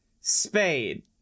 Spade